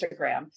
Instagram